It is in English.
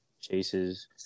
chases